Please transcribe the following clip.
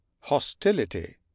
Hostility